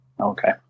Okay